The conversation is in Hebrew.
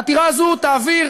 סליחה,